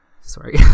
sorry